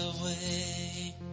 away